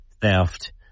theft